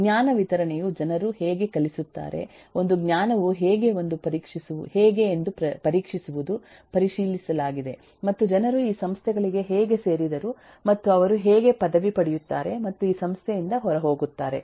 ಜ್ಞಾನ ವಿತರಣೆಯು ಜನರು ಹೇಗೆ ಕಲಿಸುತ್ತಾರೆ ಒಂದು ಜ್ಞಾನವು ಹೇಗೆ ಎಂದು ಪರೀಕ್ಷಿಸುವುದು ಪರಿಶೀಲಿಸಲಾಗಿದೆ ಮತ್ತು ಜನರು ಈ ಸಂಸ್ಥೆಗಳಿಗೆ ಹೇಗೆ ಸೇರಿದರು ಮತ್ತು ಅವರು ಹೇಗೆ ಪದವಿ ಪಡೆಯುತ್ತಾರೆ ಮತ್ತು ಈ ಸಂಸ್ಥೆಯಿಂದ ಹೊರಗೆ ಹೋಗುತ್ತಾರೆ